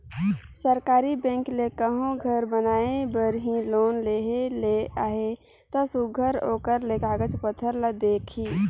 सरकारी बेंक ले कहों घर बनाए बर ही लोन लेहे ले अहे ता सुग्घर ओकर ले कागज पाथर ल देखही